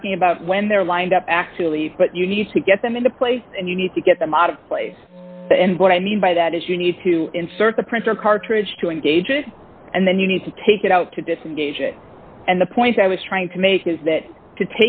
talking about when they're lined up actually but you need to get them into place and you need to get them out of place and what i mean by that is you need to insert the printer cartridge to engage it and then you need to take it out to disengage it and the point i was trying to make is that to